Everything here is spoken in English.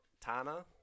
Tana